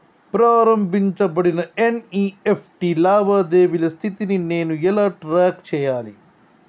ప్రారంభించబడిన ఎన్.ఇ.ఎఫ్.టి లావాదేవీల స్థితిని నేను ఎలా ట్రాక్ చేయాలి?